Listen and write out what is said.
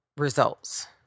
results